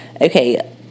Okay